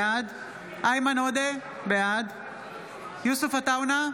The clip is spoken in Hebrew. בעד איימן עודה, בעד יוסף עטאונה,